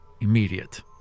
immediate